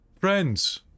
Friends